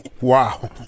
wow